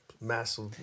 massive